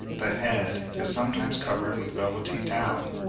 the head is sometimes covered with velvety down,